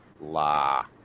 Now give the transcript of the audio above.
la